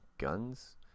Guns